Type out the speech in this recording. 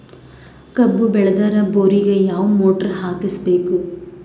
ಕಬ್ಬು ಬೇಳದರ್ ಬೋರಿಗ ಯಾವ ಮೋಟ್ರ ಹಾಕಿಸಬೇಕು?